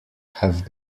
have